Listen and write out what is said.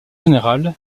général